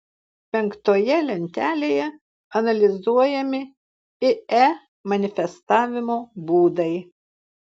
penktoje lentelėje analizuojami ie manifestavimo būdai